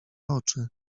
oczy